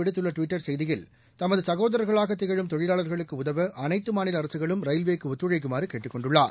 விடுத்துள்ளடுவிட்டர் செய்தியில் நமதுசகோதரர்களாகதிகழும் இதுகுறித்துஅவர் தொழிலாளர்களுக்குஉதவஅனைத்தமாநிலஅரசுகளும் ரயில்வேக்குஒத்துழழக்குமாறுகேட்டுக் கொண்டுள்ளார்